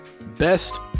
Best